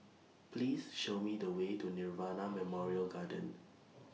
Please Show Me The Way to Nirvana Memorial Garden